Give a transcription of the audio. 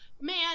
Man